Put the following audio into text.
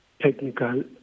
Technical